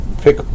pick